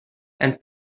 and